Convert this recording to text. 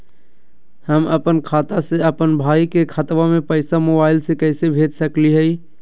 हम अपन खाता से अपन भाई के खतवा में पैसा मोबाईल से कैसे भेज सकली हई?